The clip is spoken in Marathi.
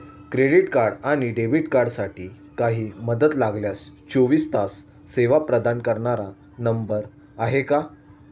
क्रेडिट आणि डेबिट कार्डसाठी काही मदत लागल्यास चोवीस तास सेवा प्रदान करणारा नंबर आहे का?